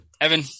evan